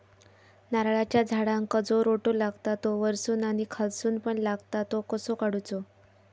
नारळाच्या झाडांका जो रोटो लागता तो वर्सून आणि खालसून पण लागता तो कसो काडूचो?